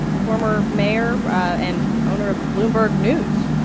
former mayor and owner of bloomberg news?